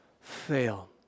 fail